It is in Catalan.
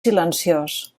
silenciós